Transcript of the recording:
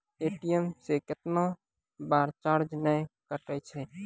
ATM से कैतना बार चार्ज नैय कटै छै?